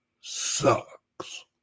sucks